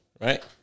right